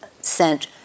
sent